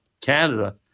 Canada